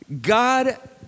God